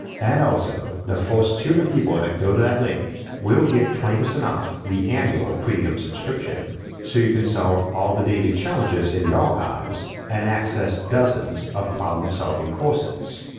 and also, the first two hundred people that go to that link will get twenty percent off the annual premium subscription, so you can solve all the daily challenges in the archives and access dozens of problem solving courses.